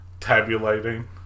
Tabulating